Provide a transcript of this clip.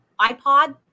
iPod